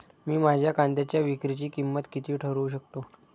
मी माझ्या कांद्यांच्या विक्रीची किंमत किती ठरवू शकतो?